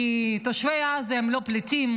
כי תושבי עזה הם לא פליטים,